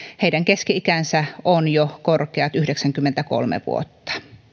heidän keski ikänsä on jo korkea yhdeksänkymmentäkolme vuotta